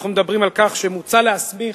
אנחנו מדברים על כך שמוצע להסמיך,